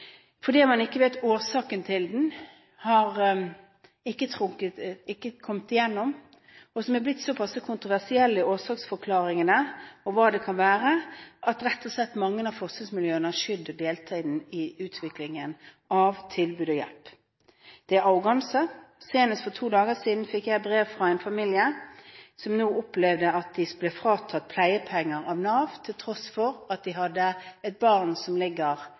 fordi man ikke vet årsaken til den, ikke har kommet igjennom, og som er blitt såpass kontroversiell i årsaksforklaringene på hva det kan være, at mange av forskningsmiljøene rett og slett har skydd å delta i utviklingen av tilbud og hjelp. Det er arroganse. Senest for to dager siden fikk jeg brev fra en familie som nå opplevde at de ble fratatt pleiepenger av Nav, til tross for at de har et barn som ligger